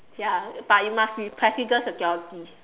ya but you must be president security